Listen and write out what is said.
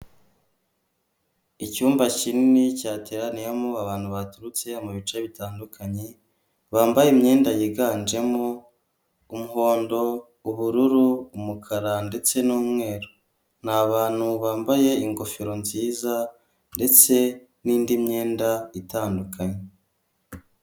icyumba kinini cya teraniyamo abantu baturutse mu bice bitandukanye, bambaye imyenda yiganjemo, umuhondo, ubururu, umukara ndetse n'umweru, ni abantu bambaye ingofero nziza ndetse n'indi myenda itandukanye.